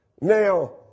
Now